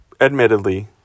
admittedly